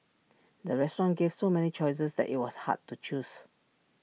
the restaurant gave so many choices that IT was hard to choose